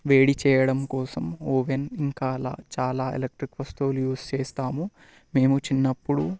వేడి చేయడం కోసం ఓవెన్ ఇంకా అలా చాలా ఎలక్ట్రిక్ వస్తువులు యూస్ చేస్తాము మేము చిన్నప్పుడు